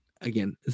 Again